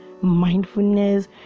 Mindfulness